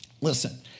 listen